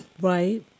right